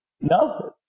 No